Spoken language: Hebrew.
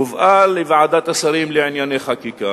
היא הובאה לוועדת השרים לענייני חקיקה,